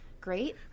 great